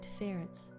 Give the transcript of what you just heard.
interference